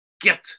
get